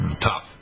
tough